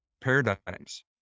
paradigms